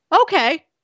okay